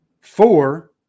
Four